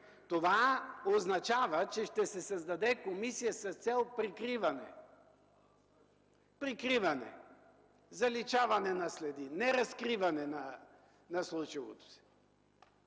Това означава, че ще се създаде комисия с цел прикриване, заличаване на следи, неразкриване на случилото се.